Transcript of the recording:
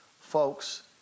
Folks